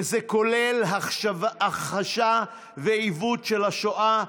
וזה כולל הכחשה ועיוות של השואה,